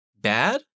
bad